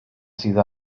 sydd